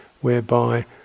whereby